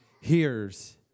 hears